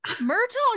myrtle